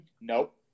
Nope